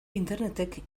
internetek